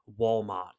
Walmart